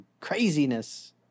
craziness